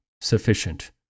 sufficient